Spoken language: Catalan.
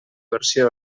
versió